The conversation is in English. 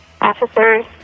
officers